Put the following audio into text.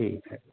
ٹھیک ہے